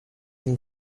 and